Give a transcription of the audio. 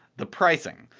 the pricing.